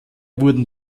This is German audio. wurden